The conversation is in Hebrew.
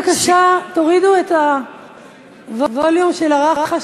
בבקשה תורידו את הווליום של הרחש,